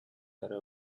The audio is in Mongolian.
арай